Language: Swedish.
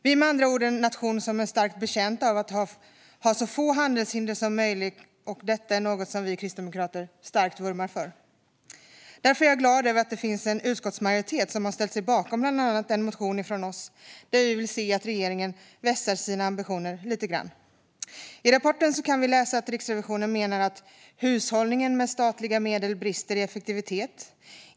Vi är med andra ord en nation som är starkt betjänt av att ha så få handelshinder som möjligt, och detta är något som vi kristdemokrater starkt vurmar för. Därför är jag glad över att det finns en utskottsmajoritet som har ställt sig bakom bland annat en motion från oss där vi vill se att regeringen vässar sina ambitioner lite grann. I rapporten kan vi läsa att Riksrevisionen menar att hushållningen med statliga medel brister i effektivitet.